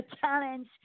challenge